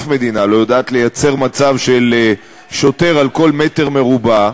אף מדינה לא יודעת לייצר מצב של שוטר על כל מטר רבוע,